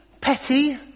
petty